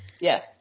Yes